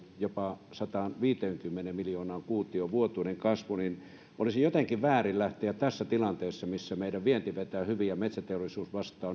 jopa sadanviidenkymmenen miljoonan kuution vuotuiseen kasvuun olisi jotenkin väärin lähteä tässä tilanteessa missä meidän vienti vetää hyvin ja metsäteollisuus vastaa